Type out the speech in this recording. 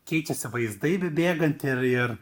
keičiasi vaizdai bebėgant ir ir